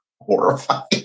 horrifying